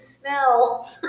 smell